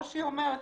או שהיא אומרת,